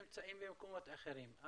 הם נמצאים במקומות אחרים,